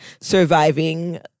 surviving